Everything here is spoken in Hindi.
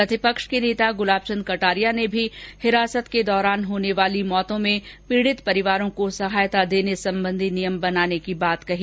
प्रतिपक्ष के नेता गुलाब चन्द कटारिया ने भी हिरासत के दौरान होने वाली मौतों में पीड़ित परिवारों को सहायता देने संबंधी नियम बनाने की बात कही